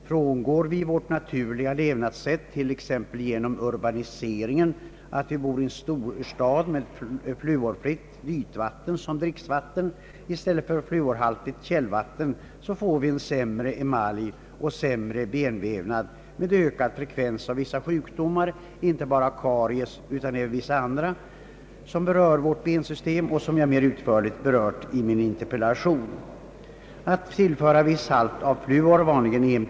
Frångår vi vårt naturliga levnadssätt, t.ex. genom urbaniseringen, att man bor i en storstad med fluorfritt ytvatten som dricksvatten i stället för fluorhaltigt källvatten, får man en sämre emalj och sämre benvävnad, med ökad frekvens av vissa sjukdomar — inte bara karies utan även en del andra, som påverkar vårt bensystem och som jag mer utförligt har talat om i min interpellation. Att tillföra viss halt av fluor, vanligen 1 Pp.